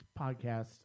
podcast